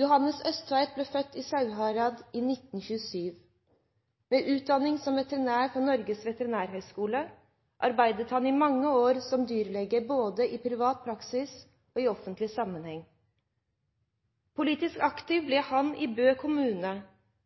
Johannes Østtveit ble født i Sauherad i 1927. Med utdanning som veterinær fra Norges veterinærhøgskole arbeidet han i mange år som dyrlege både i privat praksis og i offentlig sammenheng. Politisk aktiv ble han i Bø kommune,